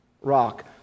rock